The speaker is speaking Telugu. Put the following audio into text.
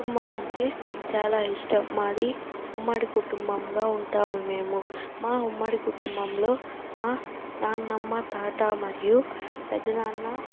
కుటుంబం అంటే చాలా ఇష్టం మాది ఉమ్మడి కుటుంబంగా ఉంటాము మేము మా ఉమ్మడి కుటుంబంలో మా నాన్నమ్మ తాత మరియు పెద్దనాన్న